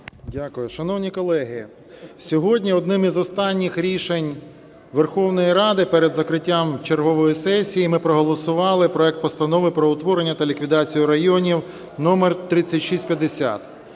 Дякую. Шановні колеги, сьогодні одним із останніх рішень Верховної Ради перед закриттям чергової сесії ми проголосували проект Постанови про утворення та ліквідацію районів (номер 3650).